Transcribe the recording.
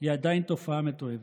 היא עדיין תופעה מתועבת,